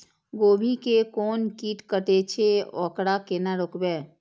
गोभी के कोन कीट कटे छे वकरा केना रोकबे?